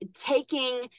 taking